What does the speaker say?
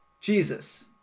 Jesus